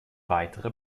weitere